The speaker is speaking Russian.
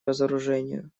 разоружению